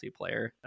multiplayer